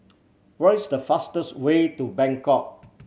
what is the fastest way to Bangkok